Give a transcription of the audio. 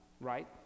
right